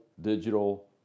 digital